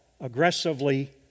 aggressively